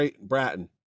Bratton